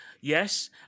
Yes